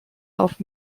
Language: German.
auf